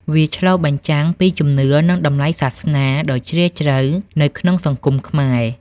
វាឆ្លុះបញ្ចាំងពីជំនឿ និងតម្លៃសាសនាដ៏ជ្រាលជ្រៅនៅក្នុងសង្គមខ្មែរ។